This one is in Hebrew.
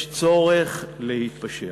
יש צורך להתפשר.